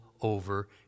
over